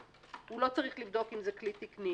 הוא לא צריך לבדוק אם זה כלי תקני.